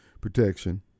protection